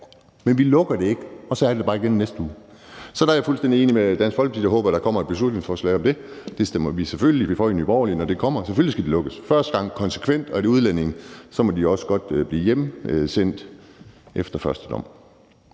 Men vi lukker det ikke, og så er det der bare igen næste uge. Så der er jeg fuldstændig enig med Dansk Folkeparti, og jeg håber, der kommer et beslutningsforslag om det. Det stemmer vi selvfølgelig for i Nye Borgerlige, når det kommer. Selvfølgelig skal de lukkes første gang og konsekvent, og er det udlændinge, må de også godt blive hjemsendt efter første dom.